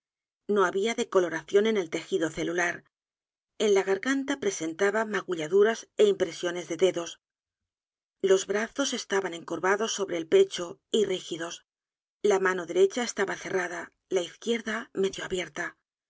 no había decoloración en el tejido celular e n la g a r g a n t a presentaba magulladur a s é impresiones de dedos los brazos estaban encorvados sobre el pecho y rígidos la mano derecha estaba c e r r a d a la izquierda medio abierta